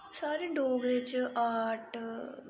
साढ़े डोगरें च आर्ट